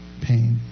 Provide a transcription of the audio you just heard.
pain